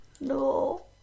No